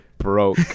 broke